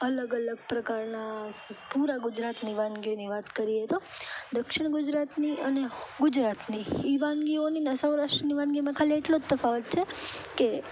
અલગ અલગ પ્રકારના પૂરા ગુજરાતની વાનગીઓની વાત કરીએ તો દક્ષિણ ગુજરાતની અને ગુજરાતની એ વાનગીઓની ને સૌરાષ્ટ્રની વાનગીઓમાં ખાલી એટલો જ તફાવત છે કે કે